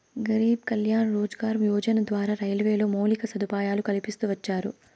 గరీబ్ కళ్యాణ్ రోజ్గార్ యోజన ద్వారా రైల్వేలో మౌలిక సదుపాయాలు కల్పిస్తూ వచ్చారు